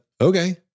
okay